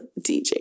DJ